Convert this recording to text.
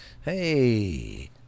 Hey